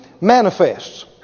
manifests